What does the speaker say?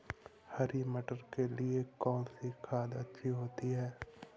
हरी मटर के लिए कौन सी खाद अच्छी होती है?